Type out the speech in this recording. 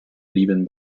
blieben